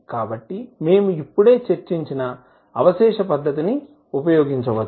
కాబట్టి మేము ఇప్పుడే చర్చించిన అవశేష పద్ధతిని ఉపయోగించవచ్చు